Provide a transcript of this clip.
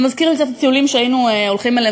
זה מזכיר את הטיולים שהיינו הולכים אליהם